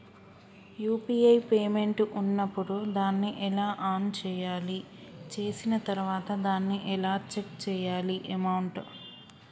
UPI payment ఉన్నప్పుడు దాన్ని ఎలా ఆన్ చేయాలి? చేసిన తర్వాత దాన్ని ఎలా చెక్ చేయాలి అమౌంట్?